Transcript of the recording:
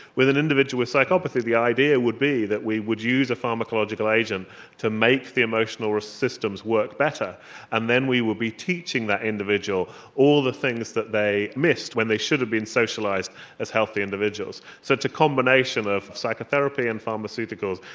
with an individual with psychopathy the idea would be that we would use a pharmacological agent to make the emotional systems work better and then we would be teaching that individual all the things that they missed when they should have been socialised as healthy individuals. so it's a combination of psychotherapy and pharmaceuticals,